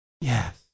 Yes